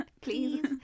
please